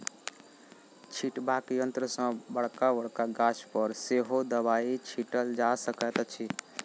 छिटबाक यंत्र सॅ बड़का बड़का गाछ पर सेहो दबाई छिटल जा सकैत अछि